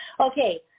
Okay